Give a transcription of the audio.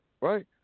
Right